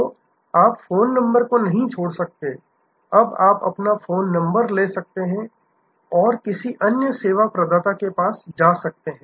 तो आप phone number को नहीं छोड़ सकते अब आप अपना फोन नंबर ले सकते हैं और किसी अन्य सेवा प्रदाता के पास जा सकते हैं